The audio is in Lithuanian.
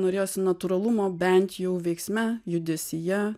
norėjosi natūralumo bent jau veiksme judesyje